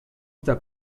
está